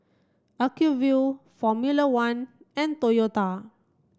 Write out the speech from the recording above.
Acuvue Formula One and Toyota